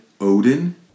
Odin